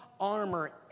armor